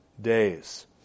days